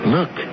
Look